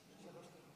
בבקשה, שלוש דקות.